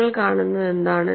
നിങ്ങൾ കാണുന്നതെന്താണ്